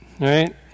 right